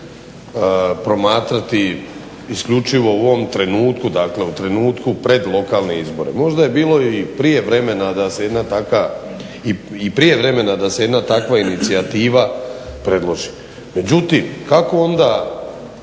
promatrati isključivo u ovom trenutku, dakle, u trenutku pred lokalne izbore. Možda je bilo i prije vremena da se jedna takva, i prije vremena da